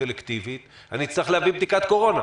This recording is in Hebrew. אלקטיבית אני אצטרך להביא בדיקת קורונה?